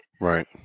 Right